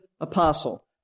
apostle